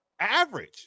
average